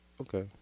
okay